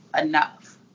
enough